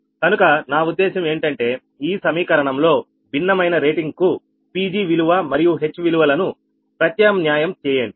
కనుక నా ఉద్దేశ్యం ఏంటంటే ఈ సమీకరణంలో భిన్నమైన రేటింగ్ కు Pg విలువ మరియుHవిలువలను ప్రత్యామ్నాయం చేయండి